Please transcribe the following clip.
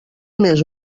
més